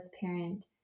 parent